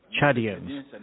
Chadians